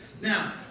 Now